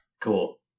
Cool